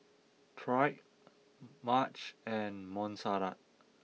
Trae Madge and Montserrat